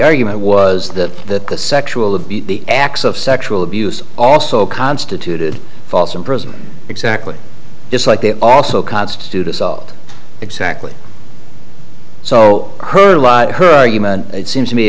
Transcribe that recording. argument was that that the sexual of the acts of sexual abuse also constituted false imprisonment exactly just like they also constitute assault exactly so her her argument seems to